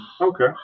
Okay